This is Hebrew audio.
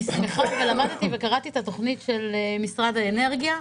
אני שמחה שלמדתי וקראתי את התוכנית של משרד האנרגיה.